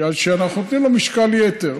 בגלל שאנחנו נותנים לו משקל יתר.